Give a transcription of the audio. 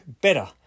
better